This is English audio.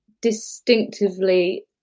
distinctively